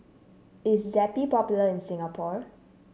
is Zappy popular in Singapore